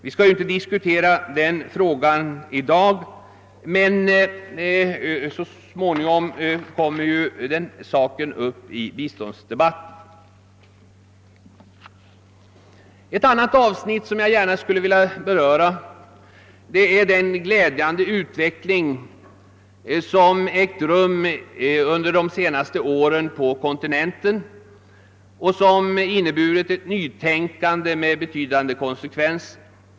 Vi skall inte diskutera den frågan i dag, men så småningom kommer den saken upp i biståndsdebatten. Ett annat avsnitt som jag gärna skulle vilja beröra är den glädjande utveckling som ägt rum under de senaste åren på kontinenten och som inneburit ett nytänkande med betydande konsekvenser.